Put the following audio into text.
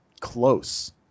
close